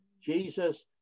Jesus